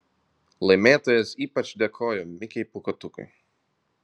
laimėtojas ypač dėkojo mikei pūkuotukui